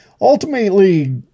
Ultimately